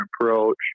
approach